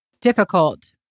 difficult